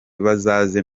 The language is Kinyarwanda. bazaze